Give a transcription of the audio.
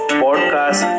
podcast